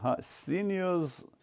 seniors